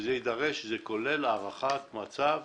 וזה כולל הערכת מצב